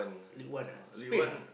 league one ah Spain ah